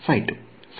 ವಿದ್ಯಾರ್ಥಿ